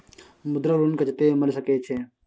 मुद्रा लोन कत्ते मिल सके छै?